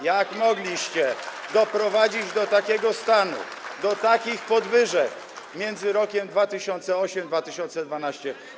Jak mogliście doprowadzić do takiego stanu, do takich podwyżek między rokiem 2008 a rokiem 2012?